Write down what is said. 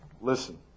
Listen